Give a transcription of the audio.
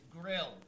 grill